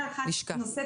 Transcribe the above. נקודה אחת נוספת,